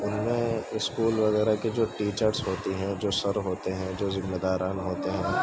ان میں اسکول وغیرہ کے جو ٹیچرس ہوتی ہیں جو سر ہوتے ہیں جو ذمہ داران ہوتے ہیں